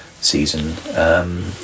season